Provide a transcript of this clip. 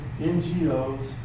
ngos